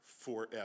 forever